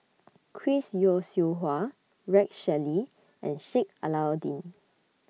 Chris Yeo Siew Hua Rex Shelley and Sheik Alau'ddin